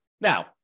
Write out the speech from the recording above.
Now